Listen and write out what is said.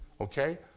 okay